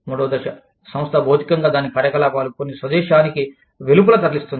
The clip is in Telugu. మూడవ దశ సంస్థ భౌతికంగా దాని కార్యకలాపాలు కొన్ని స్వదేశానికి వెలుపల తరలిస్తుంది